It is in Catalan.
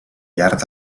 llarg